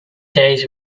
days